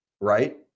Right